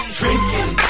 drinking